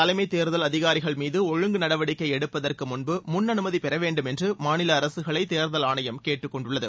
தலைமை தேர்தல் அதிகாரிகள் மீது ஒழுங்கு நடவடிக்கை எடுப்பதற்கு முன்பு முன் அனுமதி பெற வேண்டும் என்று மாநில அரசுகளை தேர்தல் ஆணையம் கேட்டுக்கொண்டுள்ளது